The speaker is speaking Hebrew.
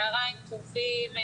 צוהרים טובים.